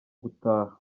gutaha